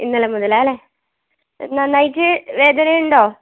ഇന്നലെ മുതലാണല്ലേ നന്നായിട്ട് വേദനയുണ്ടോ